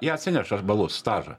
jie atsineša balus stažą